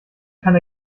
kann